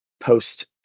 post